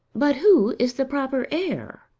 but who is the proper heir?